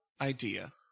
idea